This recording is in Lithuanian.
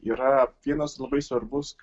yra vienas labai svarbus